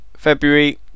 February